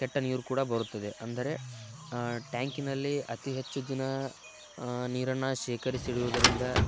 ಕೆಟ್ಟ ನೀರು ಕೂಡ ಬರುತ್ತದೆ ಅಂದರೆ ಟ್ಯಾಂಕಿನಲ್ಲಿ ಅತಿ ಹೆಚ್ಚು ದಿನ ನೀರನ್ನು ಶೇಖರಿಸಿ ಇಡುವುದರಿಂದ